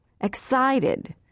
excited